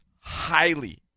highly